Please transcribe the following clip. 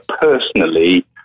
personally